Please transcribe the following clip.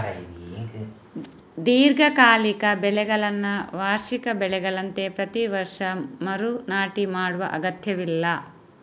ದೀರ್ಘಕಾಲಿಕ ಬೆಳೆಗಳನ್ನ ವಾರ್ಷಿಕ ಬೆಳೆಗಳಂತೆ ಪ್ರತಿ ವರ್ಷ ಮರು ನಾಟಿ ಮಾಡುವ ಅಗತ್ಯವಿಲ್ಲ